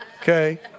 Okay